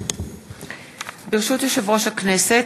ברשות יושב-ראש הכנסת,